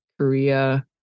Korea